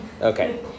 Okay